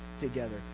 together